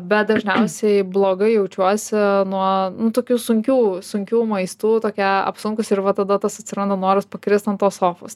bet dažniausiai blogai jaučiuosi nuo tokių sunkių sunkių maistų tokia apsunkusi ir va tada tas atsiranda noras pakrist ant tos sofos